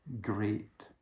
great